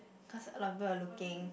cause a lot of people were looking